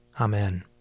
Amen